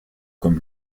comme